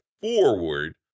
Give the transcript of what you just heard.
forward